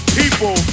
people